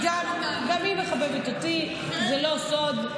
גם היא מחבבת אותי, זה לא סוד.